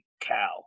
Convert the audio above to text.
cow